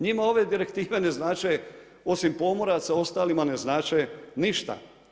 Njima ove direktive ne znače osim pomoraca, ostalima ne znače ništa.